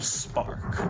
spark